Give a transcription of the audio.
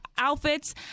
outfits